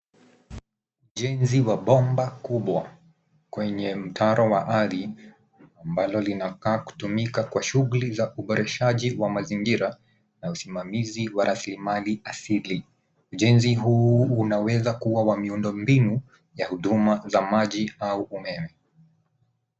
Ujenzi wa bomba kubwa kwenye mtaro wa ardhi ambalo linakaa kutumika kwa shughuli za uboreshaji wa mazingira na usimamizi wa rasilimali asili. Ujenzi huu unaweza kuwa wa miundombinu ya huduma za maji au umeme.